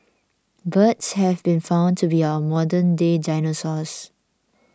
birds have been found to be our modernday dinosaurs